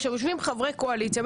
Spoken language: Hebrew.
יושבים חברי קואליציה,